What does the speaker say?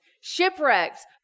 shipwrecks